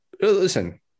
listen